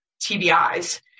TBIs